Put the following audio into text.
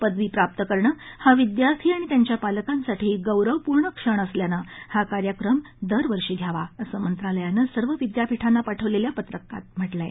पदवी प्राप्त करणं हा विद्यार्थी आणि त्यांच्या पालकांसाठी गौरवपूर्ण क्षण असल्यानं हा कार्यक्रम दरवर्षी घ्यावा असं मंत्रालयानं सर्व विद्यापीठांना पाठवलेल्या पत्रात म्हटलं आहे